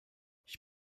ich